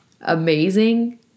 amazing